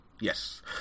Yes